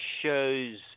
shows